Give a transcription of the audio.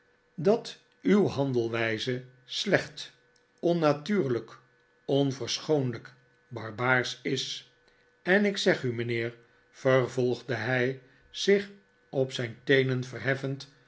dat uw handelwijze slecht onnatuurlijk onverschoonlijk barbaarsch is en ik zeg u mijnheer vervolgde hij zich op zijn teenen verheffend